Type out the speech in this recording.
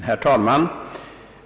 Herr talman!